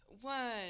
One